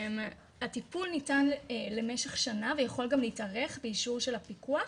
הטיפול ניתן למשך שנה ויכול גם להתארך באישור של הפיקוח,